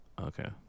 okay